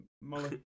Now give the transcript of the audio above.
Molly